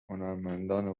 هنرمندان